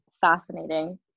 fascinating